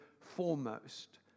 foremost